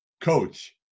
coach